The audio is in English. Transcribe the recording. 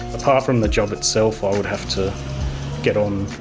apart from the job itself i would have to get on